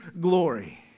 glory